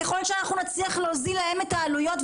ככל שאנחנו נצליח להוזיל להם את העלויות,